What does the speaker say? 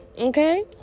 Okay